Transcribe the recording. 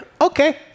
okay